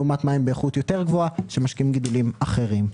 לעומת מים באיכות יותר טובה שמשקים גידולים אחרים.